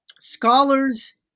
scholars